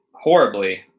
horribly